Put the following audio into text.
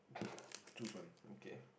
okay